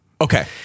okay